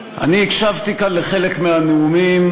אני הקשבתי כאן לחלק מהנאומים,